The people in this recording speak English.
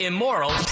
Immoral